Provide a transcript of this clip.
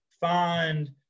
find